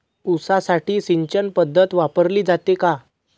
ऊसासाठी सिंचन पद्धत वापरली जाते का?